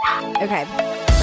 okay